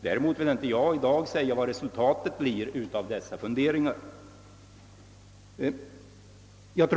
Däremot vill jag inte i dag säga vilket resultatet av sådana funderingar kan bli.